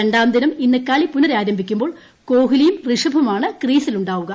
രണ്ടാം ദിനം ഇന്ന് കളി പുനരാരംഭിക്കുമ്പോൾ കോഹ്ലിയും ഋഷഭുമാണ് ക്രീസിലുണ്ടാവുക